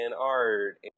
art